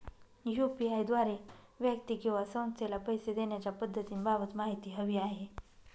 UPI द्वारे व्यक्ती किंवा संस्थेला पैसे देण्याच्या पद्धतींबाबत माहिती हवी आहे